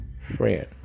friend